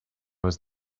was